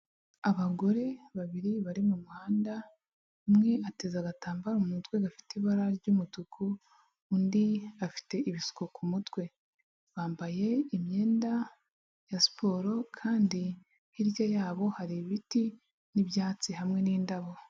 Abagore babiri bari mu muhanda, umwe ateze agatambaro mu mutwe gafite ibara ry'umutuku, undi afite ibisuko ku mutwe. Bambaye imyenda ya siporo kandi hirya yabo hari ibiti n'ibyatsi hamwe n'indabo.